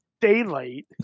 daylight